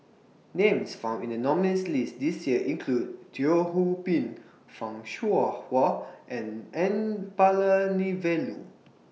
Names found in The nominees' list This Year include Teo Ho Pin fan Shao Hua and N Palanivelu